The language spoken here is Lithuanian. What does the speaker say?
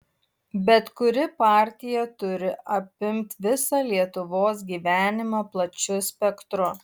bet kuri partija turi apimt visą lietuvos gyvenimą plačiu spektru